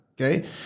Okay